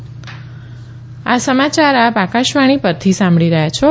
corona appeal આ સમાચાર આપ આકાશવાણી પરથી સાંભળી રહ્યા છો